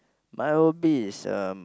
Maldives um